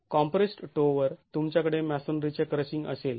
compressed टो वर तुमच्याकडे मॅसोनरीचे क्रशिंग असेल